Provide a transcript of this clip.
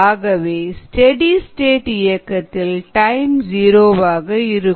ஆகவே steady state இயக்கத்தில் time ஜீரோவாக இருக்கும்